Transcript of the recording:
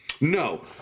No